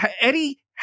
Eddie